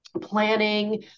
planning